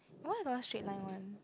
why I got no straight line one